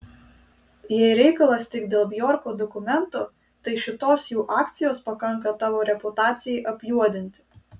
jei reikalas tik dėl bjorko dokumento tai šitos jų akcijos pakanka tavo reputacijai apjuodinti